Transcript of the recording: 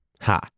Ha